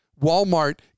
Walmart